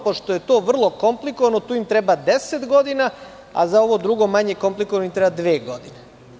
Pošto je to vrlo komplikovano tu im treba 10 godina, a za ovo drugo manje komplikovano im treba dve godine.